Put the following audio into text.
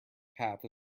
path